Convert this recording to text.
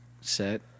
set